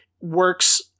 works